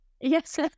Yes